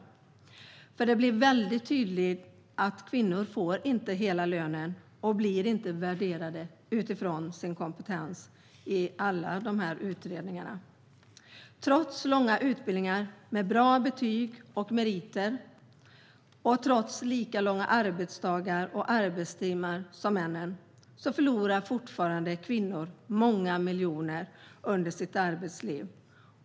I alla dessa utredningar blir det nämligen väldigt tydligt att kvinnor inte får hela lönen och inte blir värderade utifrån sin kompetens. Trots långa utbildningar med bra betyg och meriter och trots att de har lika långa arbetsdagar och arbetstimmar som männen förlorar kvinnor fortfarande många miljoner under sitt arbetsliv.